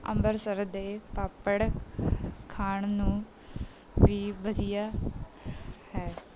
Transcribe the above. ਅੰਮ੍ਰਿਤਸਰ ਦੇ ਪਾਪੜ ਖਾਣ ਨੂੰ ਵੀ ਵਧੀਆ ਹੈ